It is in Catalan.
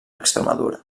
extremadura